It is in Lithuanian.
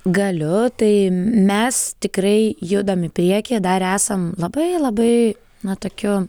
galiu tai mes tikrai judam į priekį dar esam labai labai na tokiu